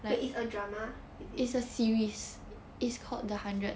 wait it's a drama is a series is called the hundred